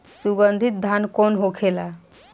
सुगन्धित धान कौन होखेला?